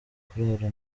kurara